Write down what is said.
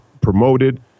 promoted